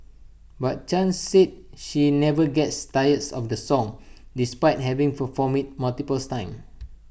but chan said she never gets tired of the song despite having performed IT multiple times